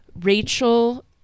Rachel